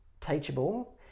teachable